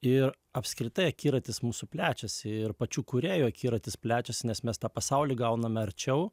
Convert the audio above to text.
ir apskritai akiratis mūsų plečiasi ir pačių kūrėjų akiratis plečiasi nes mes tą pasaulį gauname arčiau